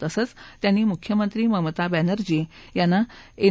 तसंच त्यांनी मुख्यमंत्री ममता बॅनर्जी यांना एन